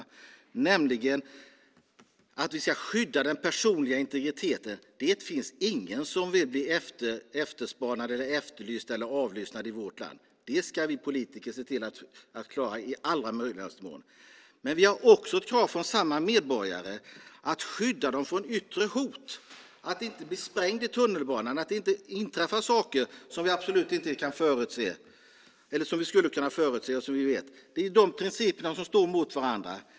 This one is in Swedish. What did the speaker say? Den ena handlar om att vi ska skydda den personliga integriteten. Det finns ingen som vill bli efterspanad, efterlyst eller avlyssnad i vårt land. Det ska vi politiker se till att klara i möjligaste mån. Men vi har också ett krav från samma medborgare att skydda dem från yttre hot, att inte bli sprängd i tunnelbanan, och att det inte inträffar saker som vi skulle kunna förutse. Det är de principerna som står emot varandra.